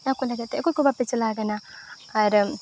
ᱚᱱᱟᱠᱚ ᱞᱟᱹᱜᱤᱫᱛᱮ ᱚᱠᱚᱭ ᱠᱚ ᱵᱟᱯᱮ ᱪᱟᱞᱟᱣ ᱟᱠᱟᱱᱟ ᱟᱨ